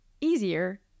easier